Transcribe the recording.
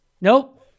Nope